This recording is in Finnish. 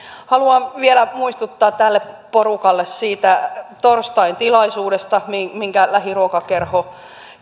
haluan vielä muistuttaa tätä porukkaa siitä torstain tilaisuudesta minkä minkä lähiruokakerho